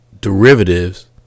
derivatives